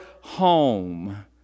home